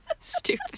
Stupid